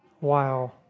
Wow